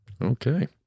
Okay